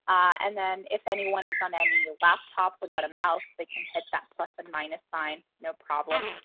and then if anyone is on any laptop without a mouse, they can hit that plus and minus sign, no problem.